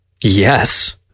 Yes